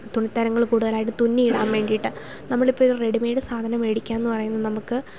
തുണിത്തരങ്ങൾ കൂടുതലായിട്ട് തുന്നി ഇടാൻ വേണ്ടിയിട്ട് നമ്മൾ ഇപ്പം ഒരു റെഡിമേയ്ഡ് സാധനം മേടിക്കുക എന്നു പറയുമ്പം നമുക്ക്